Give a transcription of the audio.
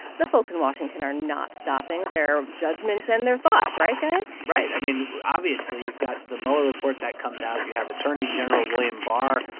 the folks in washington are not stopping their judgments and their thoughts. right, guys? right. i mean, obviously, you've got the mueller report that comes out. you have attorney general william barr,